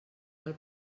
del